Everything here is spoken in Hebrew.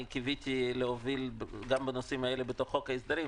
אני קיוויתי להוביל גם בנושאים האלה בחוק ההסדרים,